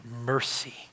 mercy